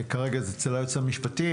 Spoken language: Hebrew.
כרגע זה אצל היועץ המשפטי.